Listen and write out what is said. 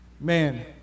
man